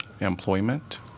employment